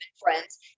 friends